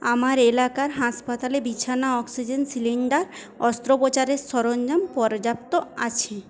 আমার এলাকার হাসপাতালে বিছানা অক্সিজেন সিলিন্ডার অস্ত্রপ্রচারের সরঞ্জাম পর্যাপ্ত আছে